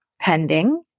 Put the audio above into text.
pending